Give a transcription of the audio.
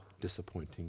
disappointing